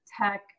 tech